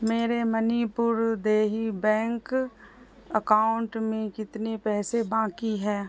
میرے منی پور دیہی bank account میں کتنے پیسے باقی ہیں